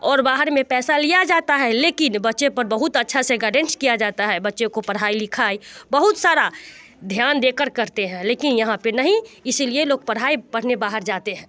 और बाहर में पैसा लिया जाता है लेकिन बच्चे पर बहुत अच्छा से गाडेंस किया जाता है बच्चे को पढ़ाई लिखाई बहुत सारा ध्यान दे कर करते हैं लेकिन यहाँ पर नहीं इसी लिए लोग पढ़ाई पढ़ने बाहर जाते हैं